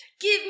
Give